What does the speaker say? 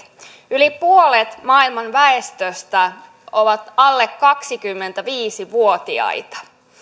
yli puolet maailman väestöstä on alle kaksikymmentäviisi vuotiaita